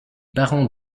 parents